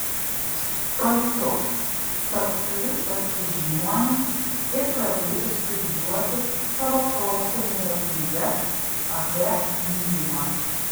pajutau kad turiu tapti žiniuoniu ir pradėti studijuoti savo prosenelio knygas apie gydymą